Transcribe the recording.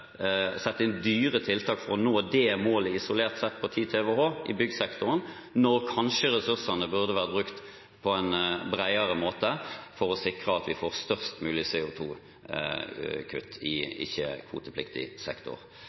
tiltak for å nå det målet, isolert sett, på 10 TWh i byggsektoren når kanskje ressursene burde vært brukt på en bredere måte for å sikre at vi får størst mulig CO 2 -kutt i ikke-kvotepliktig sektor.